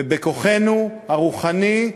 וכוחנו הרוחני,